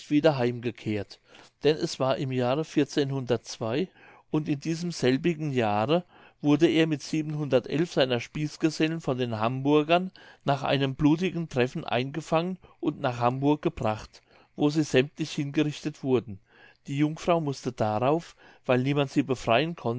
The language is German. wieder heimgekehrt denn es war im jahre und in diesem selbigen jahre wurde er mit seiner spießgesellen von den hamburgern nach einem blutigen treffen eingefangen und nach hamburg gebracht wo sie sämmtlich hingerichtet wurden die jungfrau mußte darauf weil niemand sie befreien